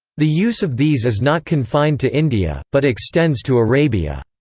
the use of these is not confined to india, but extends to arabia.